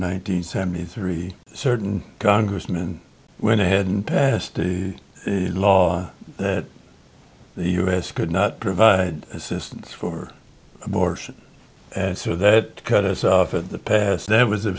hundred seventy three certain congressmen went ahead and passed the law that the u s could not provide assistance for abortion and so that cut us off at the pass that was